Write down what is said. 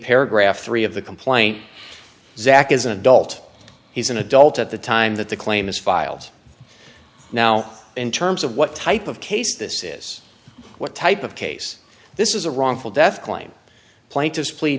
paragraph three of the complaint zach is an adult he's an adult at the time that the claim is filed now in terms of what type of case this is what type of case this is a wrongful death claim plaintiffs plead